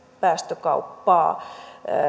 päästökauppaa